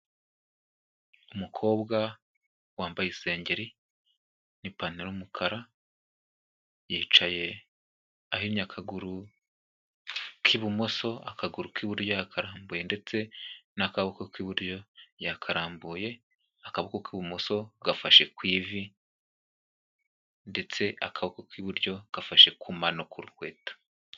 Umukobwa wambaye isengeri n'ipantaro y'umukara, yicaye ahinnye akaguru k'ibumoso, akaguru k'iburyo yakarambuye ndetse n'akaboko k'iburyo yakarambuye, akaboko k'ibumoso gafashe ku ivi ndetse akaboko k'iburyo kafashe ku mano ku rukweto.